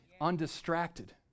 undistracted